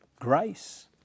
Grace